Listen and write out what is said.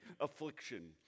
affliction